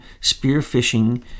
spearfishing